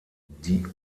die